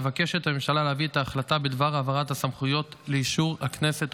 מבקשת הממשלה להביא את ההחלטה בדבר העברת הסמכויות לאישור הכנסת.